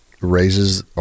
raises